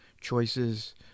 choices